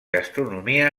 gastronomia